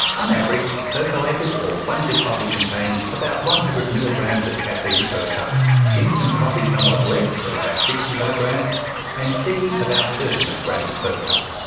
on average percolated or plunger coffee contains about one hundred milligrams of caffeine per cup instant coffee somewhat less at about sixty milligrams and tea about thirty milligrams per cup.